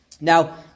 Now